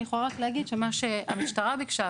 אני יכולה רק להגיד שמה שהמשטרה ביקשה,